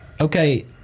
okay